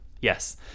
Yes